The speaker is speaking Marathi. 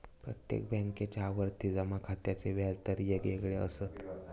प्रत्येक बॅन्केच्या आवर्ती जमा खात्याचे व्याज दर येगयेगळे असत